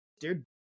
Dude